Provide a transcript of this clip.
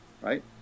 right